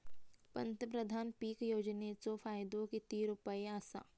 पंतप्रधान पीक योजनेचो फायदो किती रुपये आसा?